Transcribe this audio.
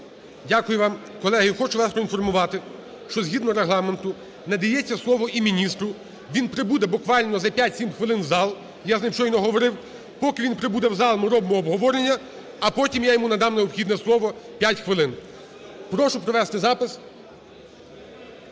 Дякую вам. Колеги, хочу вас інформувати, що згідно Регламенту надається слово і міністру. Він прибуде буквально за 5-7 хвилин в зал, я з ним щойно говорив. Поки він прибуде в зал, ми робимо обговорення. А потім я йому надам необхідне слово 5 хвилин. Прошу провести запис.